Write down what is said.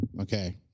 okay